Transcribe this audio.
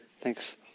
thanks